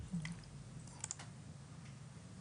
הגיע.